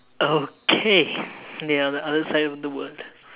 okay the other other side of the world